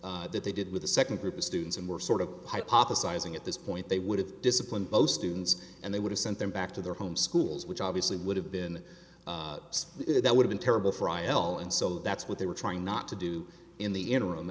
thing that they did with the second group of students and more sort of hypothesizing at this point they would have disciplined both students and they would have sent them back to their home schools which obviously would have been that would be terrible for a while and so that's what they were trying not to do in the interim